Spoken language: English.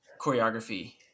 choreography